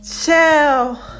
Chill